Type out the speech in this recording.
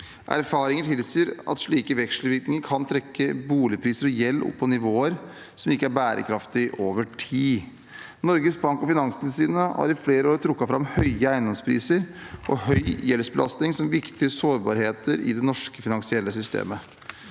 Erfaringer tilsier at slike vekselvirkninger kan trekke boligpriser og gjeld opp på nivåer som ikke er bærekraftige over tid. Norges Bank og Finanstilsynet har i flere år trukket fram høye eiendomspriser og høy gjeldsbelastning som viktige sårbarheter i det norske finansielle systemet.